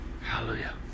Hallelujah